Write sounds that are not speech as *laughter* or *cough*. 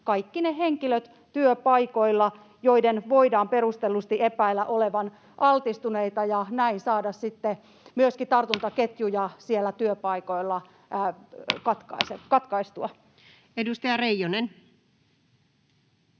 kaikki ne henkilöt työpaikoilla, joiden voidaan perustellusti epäillä olevan altistuneita, ja näin saada sitten myöskin *noise* tartuntaketjuja siellä työpaikoilla katkaistua. [Speech